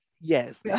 yes